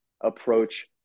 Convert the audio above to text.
approach